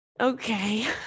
Okay